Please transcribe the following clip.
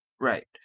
right